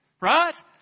right